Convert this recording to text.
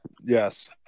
Yes